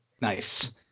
Nice